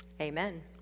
amen